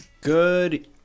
Good